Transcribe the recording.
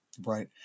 right